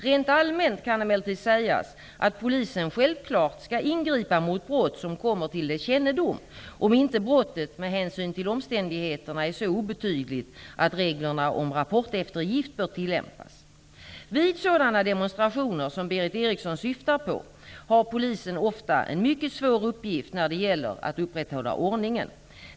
Rent allmänt kan emellertid sägas att polisen självklart skall ingripa mot brott som kommer till dess kännedom, om inte brottet med hänsyn till omständigheterna är så obetydligt att reglerna om rapporteftergift bör tillämpas. Vid sådana demonstrationer som Berith Eriksson syftar på har polisen ofta en mycket svår uppgift när det gäller att upprätthålla ordningen.